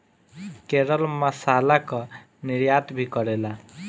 केरल मसाला कअ निर्यात भी करेला